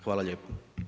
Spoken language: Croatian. Hvala lijepo.